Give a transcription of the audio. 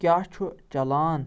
کیاہ چھُ چلان